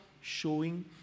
showing